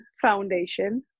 Foundation